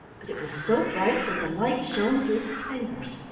but it was so bright that the light shone through his fingers,